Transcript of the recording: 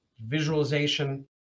visualization